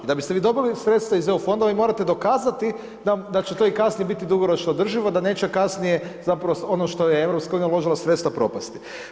I da biste vi dobili sredstva iz EU fondova vi morate dokazati da će to i kasnije biti dugoročno održivo, da neće kasnije zapravo ono u što je Europska unija uložila sredstva propasti.